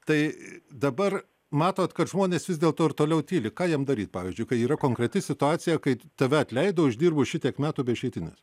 tai dabar matot kad žmonės vis dėl to ir toliau tyli ką jiem daryt pavyzdžiui kai yra konkreti situacija kai tave atleido išdirbus šitiek metų be išeitinės